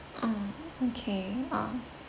um okay ah